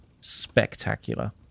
spectacular